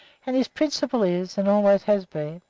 and his principle is, and always has been,